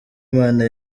imana